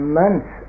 months